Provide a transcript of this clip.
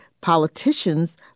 politicians